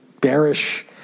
bearish